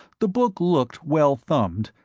the book looked well-thumbed,